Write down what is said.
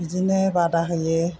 बिदिनो बादा होयो